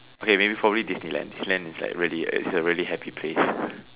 okay maybe probably Disneyland Disneyland is really is like a really happy place